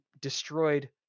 destroyed